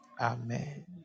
amen